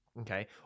okay